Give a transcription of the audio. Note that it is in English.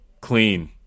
Clean